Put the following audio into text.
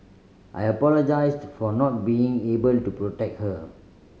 I apologised for not being able to protect her